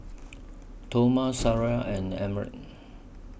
Toma Sariah and Emmet